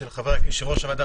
של יושב-ראש הוועדה,